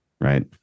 right